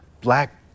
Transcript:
black